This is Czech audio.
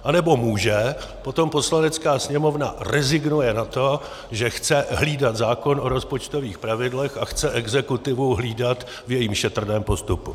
Anebo může, potom Poslanecká sněmovna rezignuje na to, že chce hlídat zákon o rozpočtových pravidlech a chce exekutivu hlídat v jejím šetrném postupu.